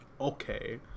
Okay